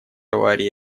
аварии